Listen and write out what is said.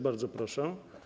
Bardzo proszę.